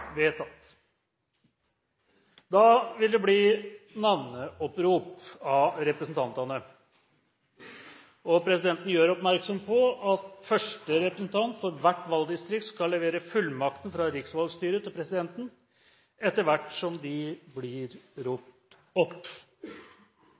vedtatt. Det vil bli foretatt navneopprop av representantene. Presidenten gjør oppmerksom på at første representant for hvert valgdistrikt skal levere fullmakten fra riksvalgstyret til presidenten etter hvert som de blir